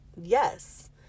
yes